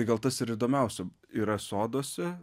tai gal tas ir įdomiausia yra soduose